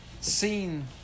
seen